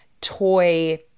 toy